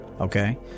okay